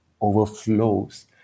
overflows